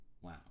Wow